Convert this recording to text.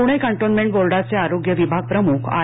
Pune cantonment बोर्डाचे आरोग्य विभाग प्रमुख आर